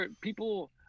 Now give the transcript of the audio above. People